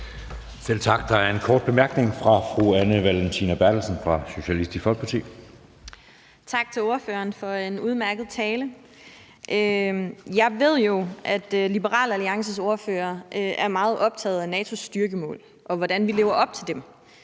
Selv tak. Der er en kort bemærkning fra fru Anne Valentina Berthelsen fra Socialistisk Folkeparti. Kl. 10:34 Anne Valentina Berthelsen (SF): Tak til ordføreren for en udmærket tale. Jeg ved jo, at Liberal Alliances ordfører er meget optaget af NATO's styrkemål og af, hvordan vi lever op til dem.